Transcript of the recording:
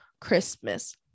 Christmas